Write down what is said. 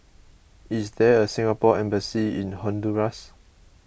is there a Singapore Embassy in Honduras